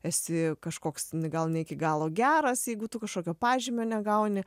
esi kažkoks gal ne iki galo geras jeigu tu kažkokio pažymio negauni